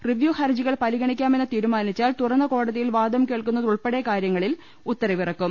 review ഹർജികൾ പരിഗണിക്കാമെന്ന് തീരുമാ നിച്ചാൽ തുറന്ന കോടതിയിൽ വാദം കേൾക്കുന്നതുൾപ്പെടെ കാര്യങ്ങളിൽ ഉത്ത രവിറക്കും